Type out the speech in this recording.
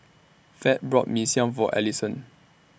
Fed bought Mee Siam For Allyson